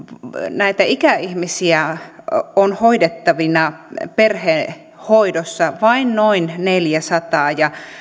näitä ikäihmisiä on hoidettavina perhehoidossa vain noin neljäsataa ja